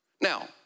Now